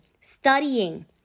studying